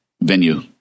venue